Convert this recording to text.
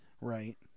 Right